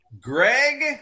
Greg